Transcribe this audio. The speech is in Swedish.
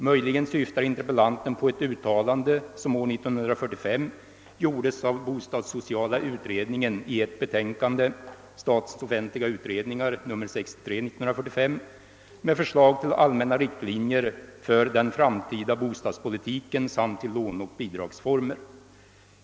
Möjligen syftar interpellanten på ett uttalande som år 19435 "gjordes av bostadssociala utredningen i ett betänkande med förslag till allmänna riktlinjer för den framtida bostadspolitiken samt till låneoch bidragsformer.